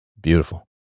beautiful